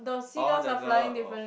oh the girl oh